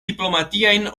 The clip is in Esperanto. diplomatiajn